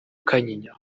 kanyinya